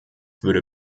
würde